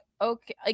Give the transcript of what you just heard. okay